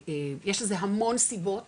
יש לזה המון סיבות